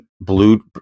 blue